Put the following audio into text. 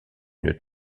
une